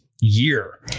year